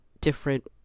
different